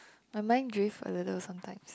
my mind drift a little sometimes